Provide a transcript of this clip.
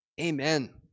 Amen